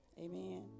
amen